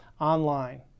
online